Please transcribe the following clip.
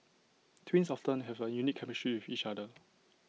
twins often have A unique chemistry with each other